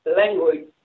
language